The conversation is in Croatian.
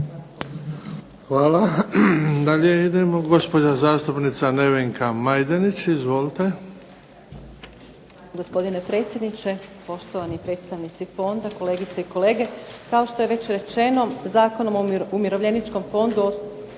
Hvala. Dalje idemo. Gospođa zastupnica Nevenka Majdenić, izvolite.